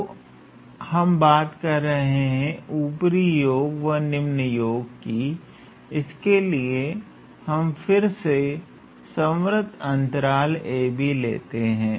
तो हम बात कर रहे हैं उपरि योग व निम्न योग की इसके लिए हम फिर से संवृतअंतराल 𝑎b लेते हैं